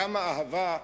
כמה אהבה,